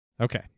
Okay